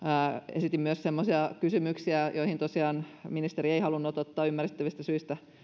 esitin myös semmoisia kysymyksiä joihin tosiaan ministeri ei halunnut ottaa ymmärrettävistä syistä